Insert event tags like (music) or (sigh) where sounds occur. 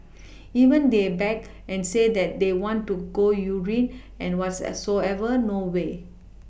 even they beg and say that they want to go urine and what's (unintelligible) soever no way